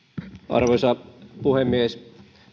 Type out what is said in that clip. arvoisa puhemies